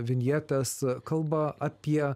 vinjetes kalba apie